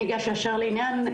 אני אגש ישר לעניין,